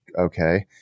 Okay